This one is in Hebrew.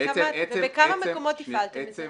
בכמה מקומות הפעלתם את זה.